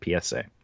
PSA